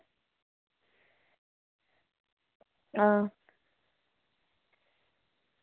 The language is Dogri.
आं